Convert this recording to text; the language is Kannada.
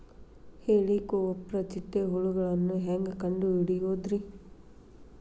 ಹೇಳಿಕೋವಪ್ರ ಚಿಟ್ಟೆ ಹುಳುಗಳನ್ನು ಹೆಂಗ್ ಕಂಡು ಹಿಡಿಯುದುರಿ?